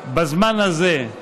בזמן הזה,